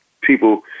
people